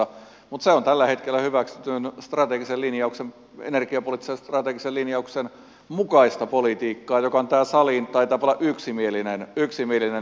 mutta se on tällä hetkellä hyväksytyn strategisen linjauksen energiapoliittisen strategisen linjauksen mukaista politiikkaa joka on tämän salin taitaapa olla yksimielinen linjaus